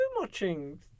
watching